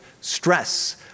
stress